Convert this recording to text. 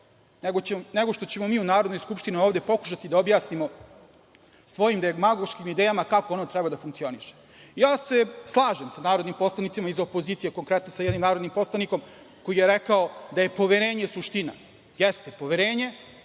nego što ćemo mi u Narodnoj skupštini pokušati da objasnimo svojim demagoškim idejama kako ono treba da funkcioniše. Slažem se sa narodnim poslanicima iz opozicije, konkretno sa jednim narodnim poslanikom koji je rekao da je poverenje suština. Jeste poverenje,